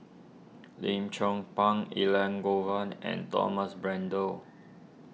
Lim Chong Pang Elangovan and Thomas Braddell